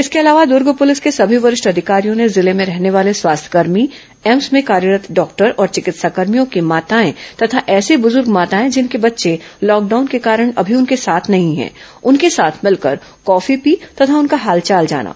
इसके अलावा दर्ग पूलिस के सभी वरिष्ठ अधिकारियों ने जिले में रहने वाले स्वास्थ्यकर्मी एम्स में कार्यरत् डॉक्टर और चिकित्साकर्मियों की माताएं तथा ऐसी बूजूर्ग माताएं जिनके बच्चे लॉकडाउन के कारण अभी उनके साथ नहीं है उनके साथ मिलकर कॉफी पी तथा उनका हालचाल जाना